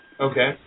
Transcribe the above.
Okay